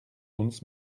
uns